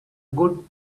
good